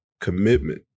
commitment